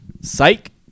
psych